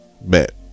bet